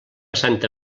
santa